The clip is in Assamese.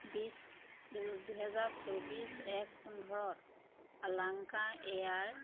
বিছ দুহেজাৰ চৌবিছ এক পোন্ধৰত আলাস্কা এয়াৰ